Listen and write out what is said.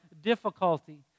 difficulty